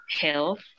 health